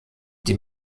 die